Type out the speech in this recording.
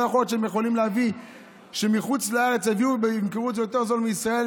לא יכול להיות שיביאו מחוץ לארץ וימכרו את זה יותר זול מבישראל,